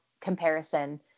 comparison